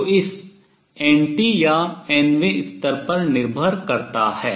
जो इस nt या nवें स्तर पर निर्भर करता है